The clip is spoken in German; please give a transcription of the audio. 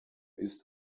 ist